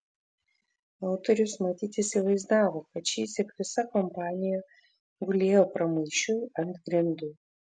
autorius matyt įsivaizdavo kad šįsyk visa kompanija gulėjo pramaišiui ant grindų